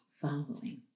following